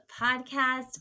podcast